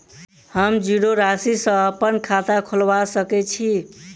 हम जीरो राशि सँ अप्पन खाता खोलबा सकै छी?